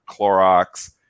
Clorox